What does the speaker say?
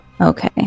Okay